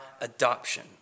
adoption